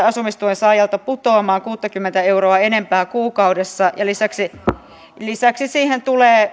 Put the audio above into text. asumistuen saajalta putoamaan kuuttakymmentä euroa enempää kuukaudessa lisäksi lisäksi siihen tulee